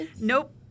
nope